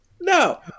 no